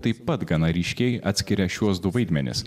taip pat gana ryškiai atskiria šiuos du vaidmenis